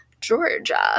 Georgia